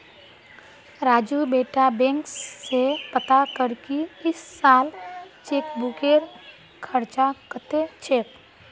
राजू बेटा बैंक स पता कर की इस साल चेकबुकेर खर्च कत्ते छेक